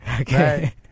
Okay